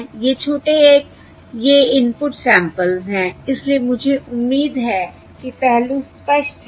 ये छोटे x s ये इनपुट सैंपल्स हैं इसलिए मुझे उम्मीद है कि पहलू स्पष्ट है